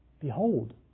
Behold